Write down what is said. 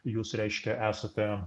jūs reiškia esate